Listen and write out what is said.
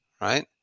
right